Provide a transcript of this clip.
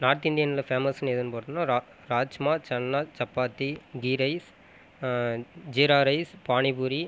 north இந்தியனில் ஃபேமஸ்னு எதுன்னு பார்த்தோன்னா ரா ராஜ்மா சன்னா சப்பாத்தி கீ ரைஸ் ஜீரா ரைஸ் பானிபூரி